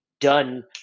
done